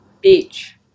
beach